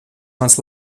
mans